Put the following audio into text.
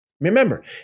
Remember